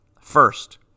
First